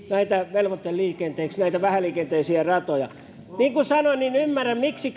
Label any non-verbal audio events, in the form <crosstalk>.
velvoiteliikenteeksi näitä vähäliikenteisiä ratoja niin kuin sanoin ymmärrän miksi <unintelligible>